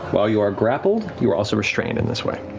while you are grappled, you are also restrained in this way.